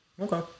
Okay